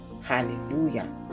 Hallelujah